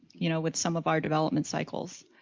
you know, with some of our development cycles.